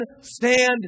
stand